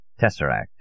Tesseract